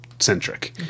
centric